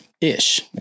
ish